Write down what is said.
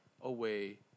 away